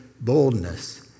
boldness